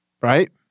Right